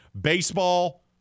Baseball